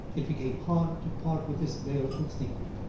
it became harder to part with this baleful secret.